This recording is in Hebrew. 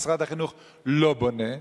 משרד החינוך לא בונה,